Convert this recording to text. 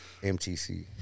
MTC